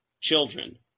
children